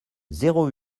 zéro